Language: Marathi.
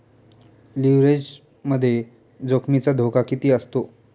लिव्हरेजमध्ये जोखमीचा धोका किती असतो?